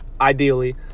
ideally